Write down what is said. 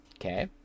Okay